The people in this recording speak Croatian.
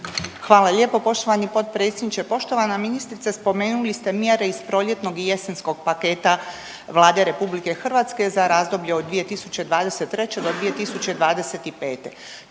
Hvala lijepo poštovani potpredsjedniče. Poštovana ministrice spomenuli ste mjere iz proljetnog i jesenskog paketa Vlade Republike Hrvatske za razdoblje od 2023. do 2025.